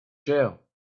jail